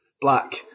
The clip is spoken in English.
black